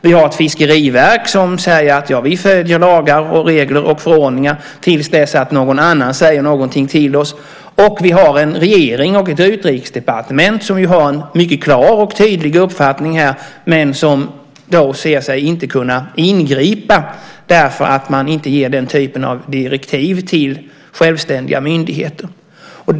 Vi har ett fiskeriverk som säger att man följer lagar, regler och förordningar till dess att någon annan säger någonting till dem, och vi har en regering och ett utrikesdepartement som har en mycket klar och tydlig uppfattning här, men som inte anser sig kunna ingripa därför att man inte ger den typen av direktiv till självständiga myndigheter.